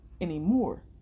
anymore